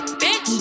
bitch